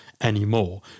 anymore